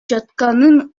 жатканын